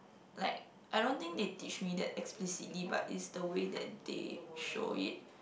like I don't think they teach me that explicitly but is the way that they show it